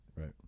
right